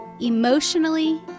emotionally